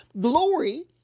glory